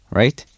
right